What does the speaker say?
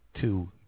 two